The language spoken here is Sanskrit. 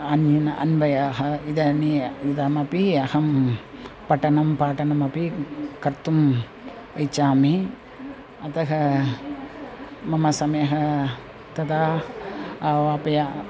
अन्य अन्वयः इदानीं इदमपि अहं पठनं पाठनमपि कर्तुं इच्छामि अतः मम समयः तदा अवापय